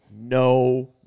no